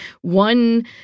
one